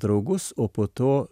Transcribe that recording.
draugus o po to